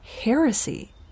Heresy